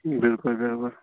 بِلکُل بِلکُل